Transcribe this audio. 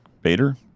Bader